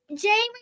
Jamie